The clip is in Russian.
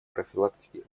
профилактике